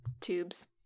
tubes